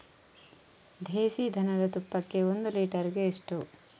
ದೇಸಿ ದನದ ತುಪ್ಪಕ್ಕೆ ಒಂದು ಲೀಟರ್ಗೆ ಎಷ್ಟು?